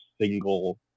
single—